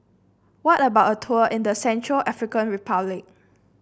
how about a tour in Central African Republic